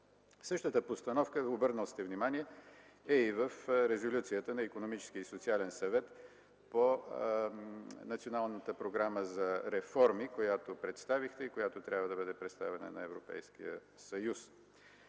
Същата постановка, обърнал сте внимание, е и в Резолюцията на Икономическия и социален съвет по Националната програма за реформи, която представихте и която трябва да бъде представена на Европейския съюз.